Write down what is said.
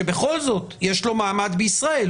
שבכל זאת יש לו מעמד בישראל,